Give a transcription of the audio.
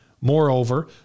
Moreover